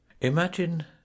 imagine